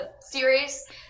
series